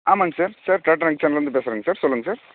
ஆமாம்ங்க sir sir Tata நெக்ஸான்லேருந்து பேசுகிறங்க சார் சொல்லுங்கள் சார்